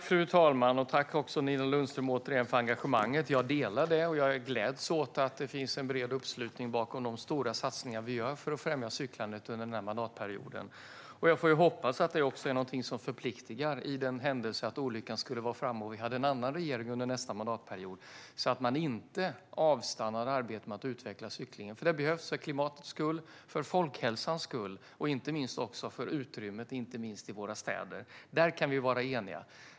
Fru talman! Tack återigen, Nina Lundström, för engagemanget! Jag delar det, och jag gläds åt att det finns en bred uppslutning bakom de stora satsningar vi gör under den här mandatperioden för att främja cyklandet. Jag får hoppas att detta också är någonting som förpliktar i den händelse att olyckan skulle vara framme och vi får en annan regering under nästa mandatperiod, så att man inte låter arbetet med att utveckla cyklingen avstanna. Det behövs för klimatets skull, för folkhälsans skull och inte minst för utrymmet i våra städer. Om detta kan vi vara eniga.